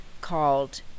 called